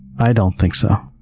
i don't think so.